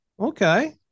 Okay